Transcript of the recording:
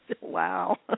Wow